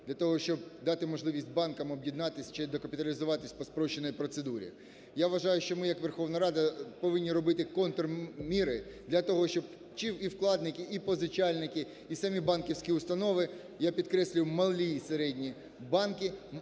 для того, щоб дати можливість банкам об'єднатися чи докапіталізуватись по спрощеній процедурі. Я вважаю, що ми як Верховна Рада повинні робити контрміри для того, щоб чи і вкладники, і позичальники, і самі банківські установи (я підкреслюю, малі і середні банки,